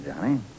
Johnny